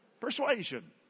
persuasion